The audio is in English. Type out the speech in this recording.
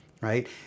right